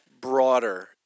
broader